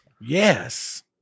yes